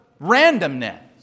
randomness